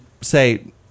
say